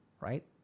Right